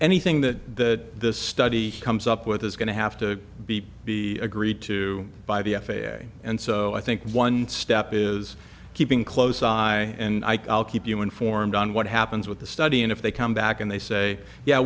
anything that this study comes up with is going to have to be be agreed to by the f a a and so i think one step is keeping close eye and i call keep you informed on what happens with the study and if they come back and they say yeah